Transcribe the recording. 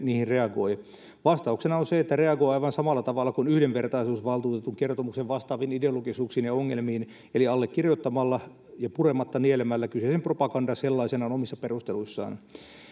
niihin reagoi vastauksena on se että reagoi aivan samalla tavalla kuin yhdenvertaisuusvaltuutetun kertomuksen vastaavin ideologisuuksiin ja ongelmiin eli allekirjoittamalla ja purematta nielemällä kyseisen propagandan sellaisenaan omissa perusteluissaan